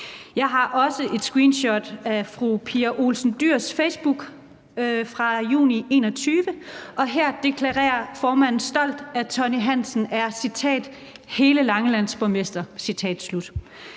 Jeg har også et screenshot af fru Pia Olsen Dyhrs facebookside fra juni 2021, og her deklarerer formanden stolt, at Tonni Hansen er »hele Langelands borgmester«.